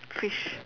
fish